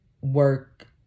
work